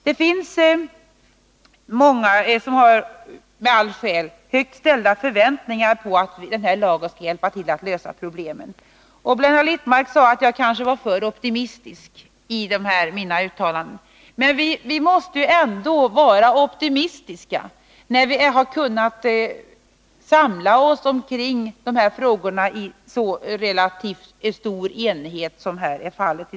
Det finns många som, med all rätt, har högt ställda förväntningar på att den här lagen skall hjälpa till att lösa problemen. Blenda Littmarck sade att jag var för optimistisk i mina uttalanden. Men vi måste vara optimistiska när vi har kunnat samla oss kring de här frågorna med så relativt stor enighet som här är fallet.